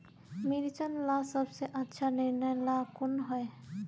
मिर्चन ला सबसे अच्छा निर्णय ला कुन होई?